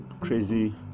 crazy